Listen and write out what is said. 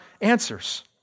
answers